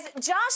Josh